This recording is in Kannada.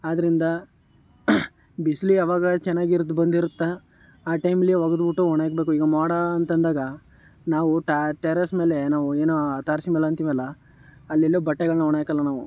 ಆದ್ದರಿಂದ ಬಿಸಿಲು ಯಾವಾಗ ಚೆನ್ನಾಗಿರೋದ್ ಬಂದಿರುತ್ತೆ ಆ ಟೈಮಲ್ಲಿ ಒಗೆದ್ಬಿಟ್ಟು ಒಣ ಹಾಕ್ಬೇಕು ಈಗ ಮೋಡ ಅಂತಂದಾಗ ನಾವು ಟ್ಯಾ ಟೆರೆಸ್ ಮೇಲೆ ನಾವು ಏನೋ ತಾರಸಿ ಮೇಲೆ ಅಂತೀವಲ್ಲ ಅಲ್ಲೆಲ್ಲೂ ಬಟ್ಟೆಗಳನ್ನು ಒಣಹಾಕಲ್ಲ ನಾವು